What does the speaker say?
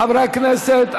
חברי הכנסת,